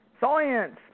Science